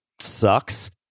sucks